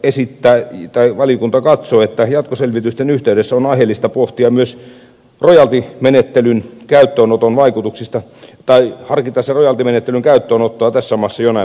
tämän takia valiokunta katsoo että jatkoselvitysten yhteydessä on aiheellista pohtia myös rojaltimenettelyn käyttöönoton vaikutuksia tai harkita rojaltimenettelyn käyttöönottoa tässä maassa jonain päivänä